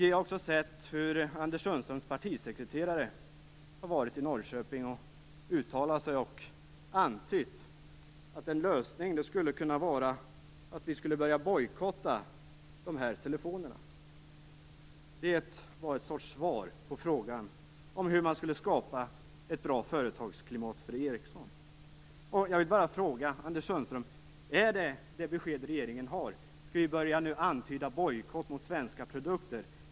Jag har också sett hur Anders Sundströms partisekreterare har varit i Norrköping och uttalat sig och antytt att en lösning skulle kunna vara att vi började bojkotta de här telefonerna, Ericssons telefoner. Det var ett sorts svar på frågan om hur man skulle skapa ett bra företagsklimat för Ericsson. Jag vill bara fråga Anders Sundström: Är det det besked regeringen har? Skall vi nu börja antyda bojkott mot svenska produkter?